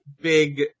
big